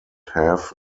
have